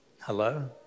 hello